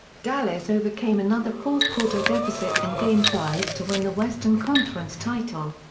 dallas overcame another fourth-quarter deficit in game five to win the western conference title.